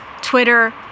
Twitter